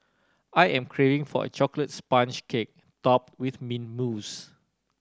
I am craving for a chocolate sponge cake topped with min mousse